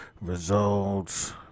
Results